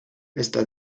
está